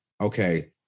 Okay